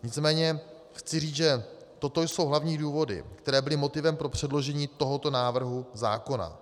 Nicméně chci říct, že toto jsou hlavní důvody, které byly motivem pro předložení tohoto návrhu zákona.